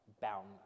bound